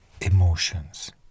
emotions